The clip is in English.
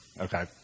Okay